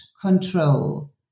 control